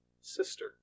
sister